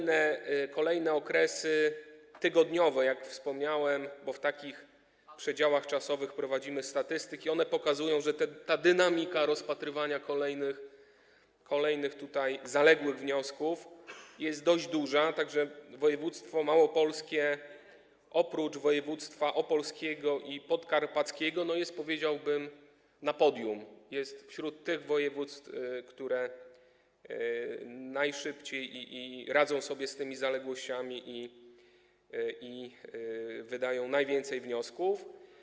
Dane z kolejnych okresów tygodniowych, jak wspomniałem, bo w takich przedziałach czasowych prowadzimy statystyki, pokazują, że dynamika rozpatrywania kolejnych zaległych wniosków jest dość duża, tak że województwo małopolskie - oprócz województwa opolskiego i podkarpackiego - jest, powiedziałbym, na podium, jest wśród tych województw, które najszybciej radzą sobie z tymi zaległościami i wydają najwięcej wniosków.